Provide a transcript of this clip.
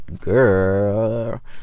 girl